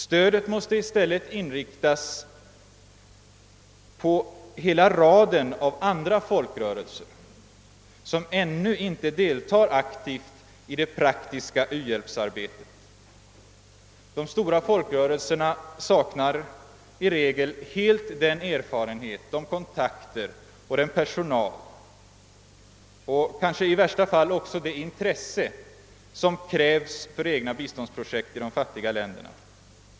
Stödet måste i stället inriktas på hela raden av andra folkrörelser som ännu inte deltar aktivt i det praktiska u-hjälpsarbetet. De stora folkrörelserna saknar i regel helt den erfarenhet, de kontakter, den personal och kanske i värsta fall även det intresse som krävs för att genomföra egna biståndsprojekt i de fattiga länderna.